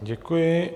Děkuji.